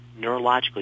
neurologically